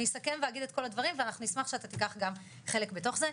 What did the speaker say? אני אסכם ואגיד את כל הדברים ואנחנו נשמח שאתה תיקח גם חלק בתוך זה.